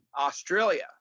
Australia